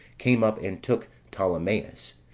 came up and took ptolemais,